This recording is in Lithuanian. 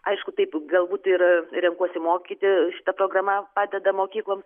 aišku taip galbūt ir renkuosi mokyti šita programa padeda mokyklom